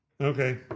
Okay